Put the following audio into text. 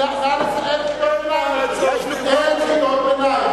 מה זה הזלזול הזה?